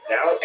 Now